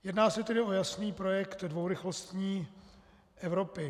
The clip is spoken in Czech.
Jedná se tedy o jasný projekt dvourychlostní Evropy.